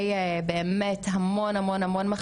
סניגוריה ציבורית ורצינו לשמוע את דעתם,